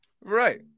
Right